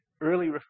early